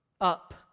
up